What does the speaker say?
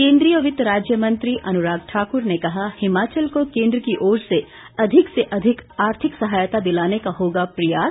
केंद्रीय वित्त राज्य मंत्री अनुराग ठाकुर ने कहा हिमाचल को केंद्र की ओर से अधिक से अधिक आर्थिक सहायता दिलाने का होगा प्रयास